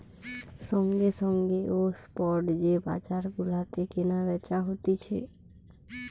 সঙ্গে সঙ্গে ও স্পট যে বাজার গুলাতে কেনা বেচা হতিছে